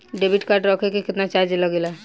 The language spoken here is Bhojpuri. डेबिट कार्ड रखे के केतना चार्ज लगेला?